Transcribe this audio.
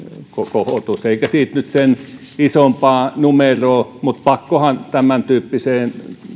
kohotus eikä siitä nyt sen isompaa numeroa mutta pakkohan tämäntyyppiseen